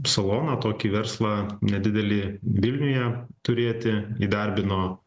saloną tokį verslą nedidelį vilniuje turėti įdarbino